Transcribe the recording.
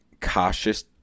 cautious